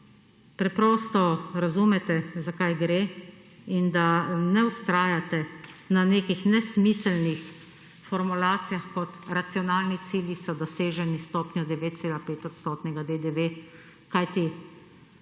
preprosto razumete za kaj gre in da ne vztrajate na nekih nesmiselnih formulacijah kot racionalni cilji so doseženi s stopnjo 9,5 odsotnega DDV. Kajti oprostite